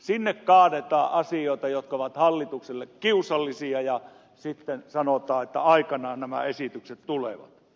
sinne kaadetaan asioita jotka ovat hallitukselle kiusallisia ja sitten sanotaan että aikanaan nämä esitykset tulevat